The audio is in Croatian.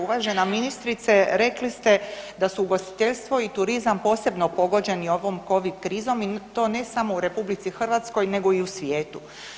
Uvažena ministrice rekli ste da su ugostiteljstvo i turizam posebno pogođeni ovom Covid krizom i to ne samo u RH nego i u svijetu.